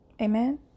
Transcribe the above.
Amen